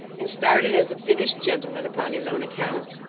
and started as a finished gentleman upon his own account.